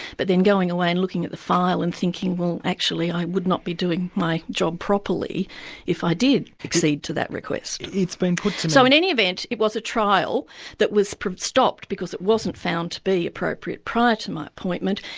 but then going away and looking at the file and thinking, well actually i would not be doing my job properly if i did accede to that request. but so in any event, it was a trial that was stopped because it wasn't found to be appropriate prior to my appointment,